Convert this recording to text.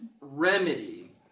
remedy